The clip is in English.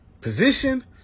position